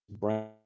brown